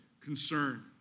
concern